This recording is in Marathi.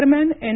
दरम्यान एन